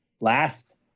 last